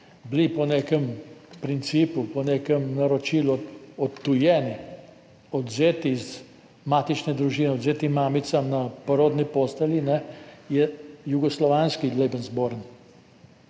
bili po nekem principu, po nekem naročilu odtujeni, odvzeti iz matične družine, odvzeti mamicam na porodni postelji, je jugoslovanski Lebensborn.